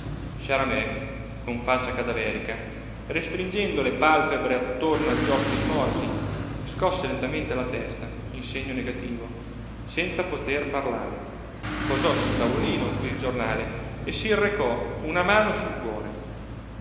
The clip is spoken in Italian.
guardami sciaramè con faccia cadaverica restringendo le palpebre attorno agli occhi smorti scosse lentamente la testa in segno negativo senza poter parlare posò sul tavolino il giornale e si recò una mano sul cuore